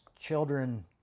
children